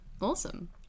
Awesome